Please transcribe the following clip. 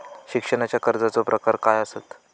शिक्षणाच्या कर्जाचो प्रकार काय आसत?